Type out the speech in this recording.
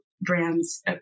brands